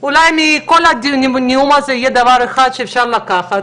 אולי מכל הנאום הזה יהיה דבר אחד שאפשר לקחת,